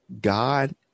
God